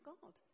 God